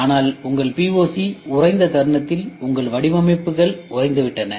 ஆனால் உங்கள் POC உறைந்த தருணத்தில் உங்கள் வடிவமைப்புகள் உறைந்துவிட்டன